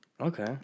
Okay